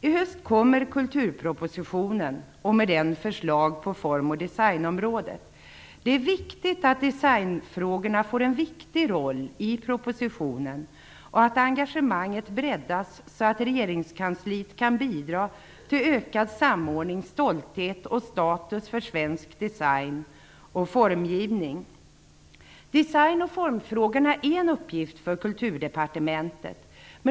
I höst kommer kulturpropositionen, och med den förslag på form och designområdet. Det är viktigt att designfrågorna får en betydelsefull roll i propositionen och att engagemanget breddas, så att regeringskansliet kan bidra till ökad samordning, stolthet och status för svensk design och formgivning. Design och formfrågorna är en uppgift för Kulturdepartementet.